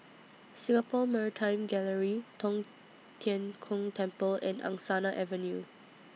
Singapore Maritime Gallery Tong Tien Kung Temple and Angsana Avenue